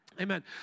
Amen